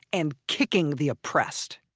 and kicking the oppressed.